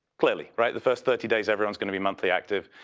clearly, right? the first thirty days everyone's going to be monthly active.